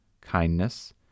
kindness